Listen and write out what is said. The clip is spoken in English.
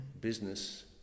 Business